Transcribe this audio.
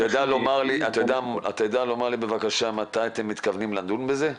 יודע לומר לי מתי אתם מתכוונים לדון בזה?